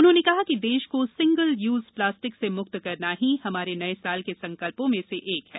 उन्होंने कहा कि देश को सिंगल यूज प्लास्टिक से मुक्त करना ही हमारे नये साल के संकल्पों में से एक हैं